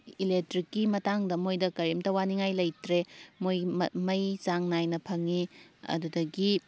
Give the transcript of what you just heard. ꯏꯂꯦꯛꯇ꯭ꯔꯤꯛꯀꯤ ꯃꯇꯥꯡꯗ ꯃꯣꯏꯗ ꯀꯔꯤꯝꯇ ꯋꯥꯅꯤꯡꯉꯥꯏ ꯂꯩꯇ꯭ꯔꯦ ꯃꯣꯏ ꯃꯩ ꯆꯥꯡ ꯅꯥꯏꯅ ꯐꯪꯉꯤ ꯑꯗꯨꯗꯒꯤ